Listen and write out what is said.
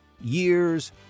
years